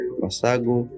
masago